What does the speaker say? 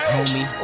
Homie